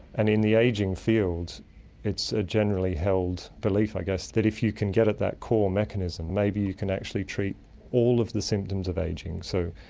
and in the ageing field it's a generally held belief that if you can get at that core mechanism, maybe you can actually treat all of the symptoms of ageing. so,